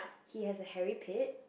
he has a hairy pit